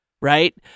Right